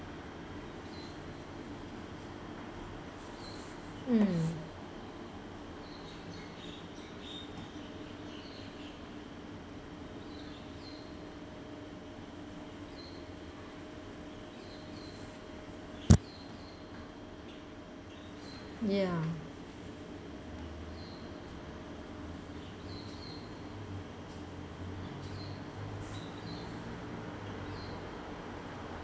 mm ya